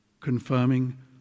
confirming